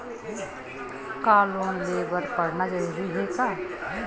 का लोन ले बर पढ़ना जरूरी हे का?